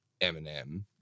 Eminem